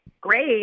great